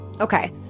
Okay